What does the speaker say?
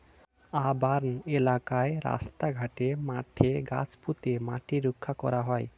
urban এলাকায় রাস্তা ঘাটে, মাঠে গাছ পুঁতে মাটি রক্ষা করা হয়